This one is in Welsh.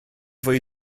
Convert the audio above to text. fwy